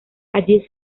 allí